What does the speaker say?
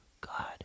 God